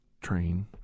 train